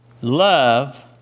Love